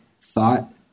thought